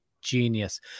genius